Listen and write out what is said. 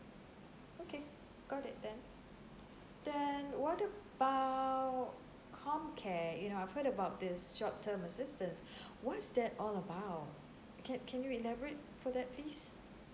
okay got it then then what about comcare you know I've heard about this short term assistance what's that all about can can you elaborate for that please